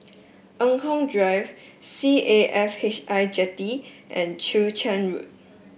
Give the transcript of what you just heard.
Eng Kong Drive C A F H I Jetty and Chwee Chian Road